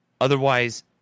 otherwise